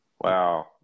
Wow